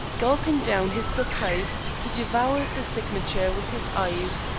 gulping down his surprise, he devoured the signature with his eyes.